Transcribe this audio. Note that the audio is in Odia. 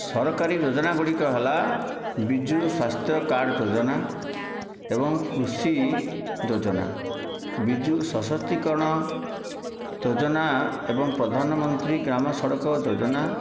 ସରକାରୀ ଯୋଜନା ଗୁଡ଼ିକ ହେଲା ବିଜୁ ସ୍ୱାସ୍ଥ୍ୟ କାର୍ଡ଼ ଯୋଜନା ଏବଂ କୃଷି ଯୋଜନା ବିଜୁ ସଶକ୍ତିକରଣ ଯୋଜନା ଏବଂ ପ୍ରଧାନମନ୍ତ୍ରୀ ଗ୍ରାମ ସଡ଼କ ଯୋଜନା